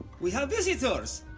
we have visitors!